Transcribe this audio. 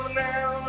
now